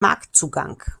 marktzugang